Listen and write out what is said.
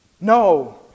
no